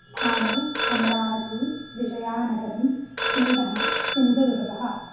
थाणे अम्रावती विजयानगरं बीडा सिन्दुदुर्गम्